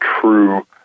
true